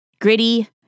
gritty